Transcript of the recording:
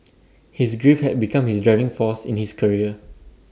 his grief had become his driving force in his career